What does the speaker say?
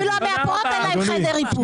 אפילו למאפרות אין חדר איפור.